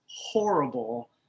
horrible